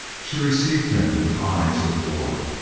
she received him with eyes of war.